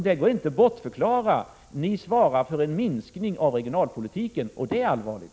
Det går inte att bortförklara att ni svarar för en minskning av regionalpolitiken, och det är allvarligt.